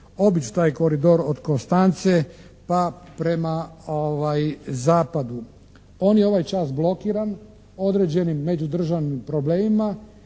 obići taj koridor od Konstance pa prema zapadu. On je ovaj čas blokiran određenim međudržavnim problemima